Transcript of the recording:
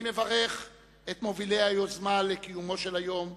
אני מברך את מובילי היוזמה לקיומו של היום,